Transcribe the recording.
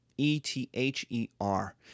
E-T-H-E-R